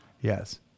Yes